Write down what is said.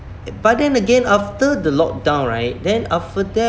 but then again after the lockdown right then after that